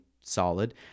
solid